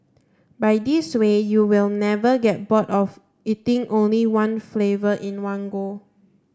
by this way you will never get bored of eating only one flavour in one go